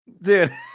Dude